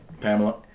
Pamela